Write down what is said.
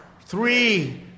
three